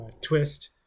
Twist